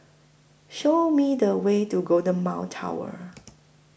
Show Me The Way to Golden Mile Tower